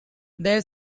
their